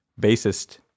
bassist